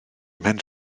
ymhen